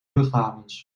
luchthavens